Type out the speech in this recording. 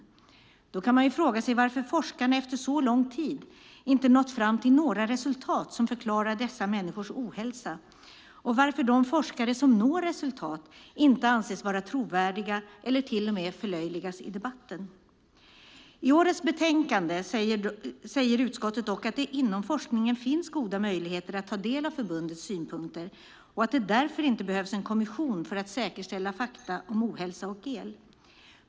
Då kan man fråga sig varför forskarna efter så lång tid inte nått fram till några resultat som förklarar dessa människors ohälsa och varför de forskare som når resultat inte anses vara trovärdiga eller till och med förlöjligas i debatten. I årets betänkande säger utskottet dock att det inom forskningen finns goda möjligheter att ta del av förbundets synpunkter och att det därför inte behövs en kommission för att säkerställa fakta om ohälsa och el.